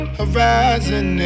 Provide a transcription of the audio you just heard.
horizon